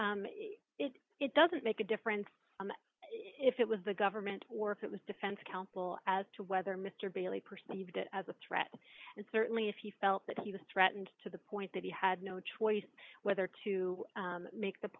honor it doesn't make a difference if it was the government or if it was defense counsel as to whether mr bailey perceived it as a threat and certainly if he felt that he was threatened to the point that he had no choice whether to make the